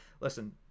listen